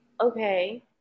Okay